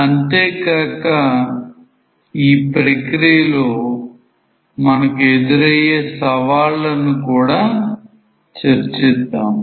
అంతేకాక ఈ ప్రక్రియలో మనకు ఎదురయ్యే సవాళ్లను కూడా చర్చిద్దాం